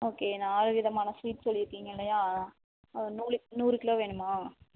okay நாலு விதமான sweets சொல்லியிருக்கீங்க இல்லையா அது நூலு நூறு கிலோ வேணுமா